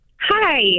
Hi